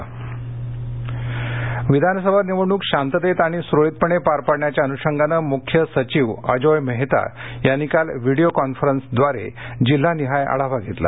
आढावाबैठक विधानसभा निवडणूक शांततेत आणि सुरळीतपणे पार पाडण्याच्या अनुषंगानं मुख्य सचिव अजोय मेहता यांनी काल व्हिडीओ कॉन्फरन्सव्दारे जिल्हानिहाय आढावा घेतला